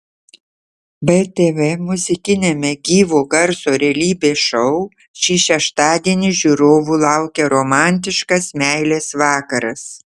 btv muzikiniame gyvo garso realybės šou šį šeštadienį žiūrovų laukia romantiškas meilės vakaras